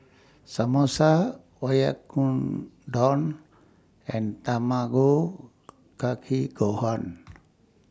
Samosa Oyakodon and Tamago Kake Gohan